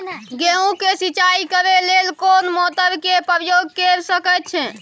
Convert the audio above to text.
गेहूं के सिंचाई करे लेल कोन मोटर के प्रयोग कैर सकेत छी?